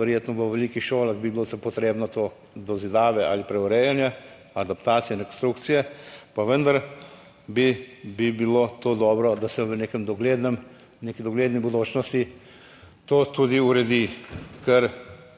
verjetno v velikih šolah bi bilo potrebno to dozidave ali preurejanje, adaptacije konstrukcije pa vendar bi bilo to dobro, da se v nekem doglednem, neki dogledni bodočnosti to tudi uredi, ker